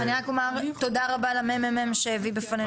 אני רק רוצה להגיד תודה רבה לממ"מ שהביא זאת בפנינו.